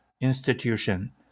institution